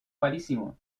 parisino